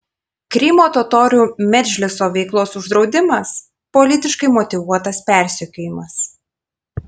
krymo totorių medžliso veiklos uždraudimas politiškai motyvuotas persekiojimas